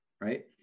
right